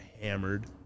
hammered